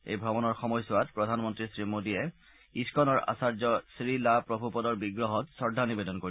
এই ভ্ৰমণৰ সময়ছোৱাত প্ৰধানমন্ত্ৰী শ্ৰী মোডীয়ে ইছ্কনৰ আচাৰ্য শ্ৰীলা প্ৰভুপদৰ বিগ্ৰহত শ্ৰদ্ধা নিবেদন কৰিব